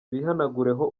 bihanagureho